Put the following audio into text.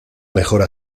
mejora